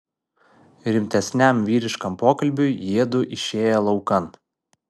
rimtesniam vyriškam pokalbiui jiedu išėję laukan